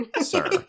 sir